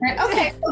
Okay